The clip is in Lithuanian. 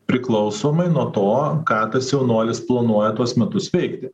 priklausomai nuo to ką tas jaunuolis planuoja tuos metus veikti